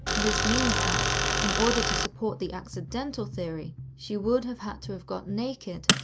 this means that, in order to support the accidental theory, she would have had to have got naked,